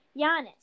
Giannis